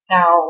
Now